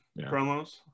promos